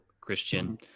Christian